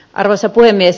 arvoisa puhemies